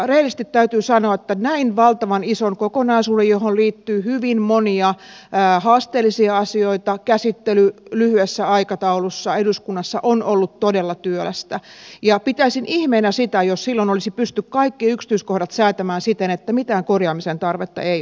rehellisesti täytyy sanoa että näin valtavan ison kokonaisuuden johon liittyy hyvin monia haasteellisia asioita käsittely lyhyessä aikataulussa eduskunnassa on ollut todella työlästä ja pitäisin ihmeenä sitä jos silloin olisi pystytty kaikki yksityiskohdat säätämään siten että mitään korjaamisen tarvetta ei ole